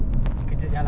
ya